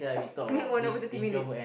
no I no go thirty minutes